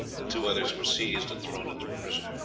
the two others were seized and thrown into prison.